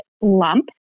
lump